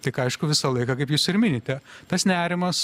tik aišku visą laiką kaip jūs ir minite tas nerimas